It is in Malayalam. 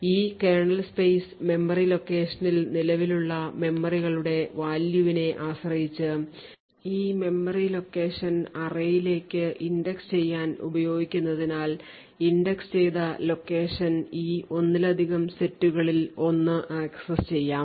ഈ കേർണൽ സ്പേസ് മെമ്മറി ലൊക്കേഷനിൽ നിലവിലുള്ള മെമ്മറികളുടെ value നെ ആശ്രയിച്ച് ഈ മെമ്മറി location അറേയിലേക്ക് index ചെയ്യാൻ ഉപയോഗിക്കുന്നതിനാൽ ഇൻഡെക്സ് ചെയ്ത ലൊക്കേഷൻ ഈ ഒന്നിലധികം സെറ്റുകളിൽ ഒന്ന് ആക്സസ്സുചെയ്യാം